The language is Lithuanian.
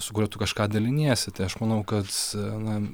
su kuriuo tu kažką daliniesi tai aš manau kad na